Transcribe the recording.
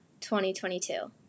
2022